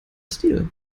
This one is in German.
stil